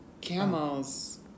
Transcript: Camels